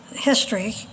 history